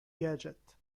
gadget